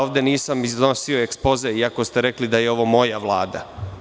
Ovde nisam iznosio ekspoze iako ste rekli da je ovo moja Vlada.